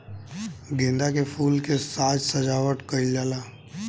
गेंदा के फूल से साज सज्जावट कईल जाला